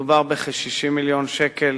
מדובר בכ-60 מיליון שקל